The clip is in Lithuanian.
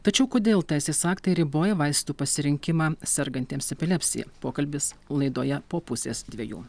tačiau kodėl teisės aktai riboja vaistų pasirinkimą sergantiems epilepsija pokalbis laidoje po pusės dviejų